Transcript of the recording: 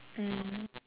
mm